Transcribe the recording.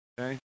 okay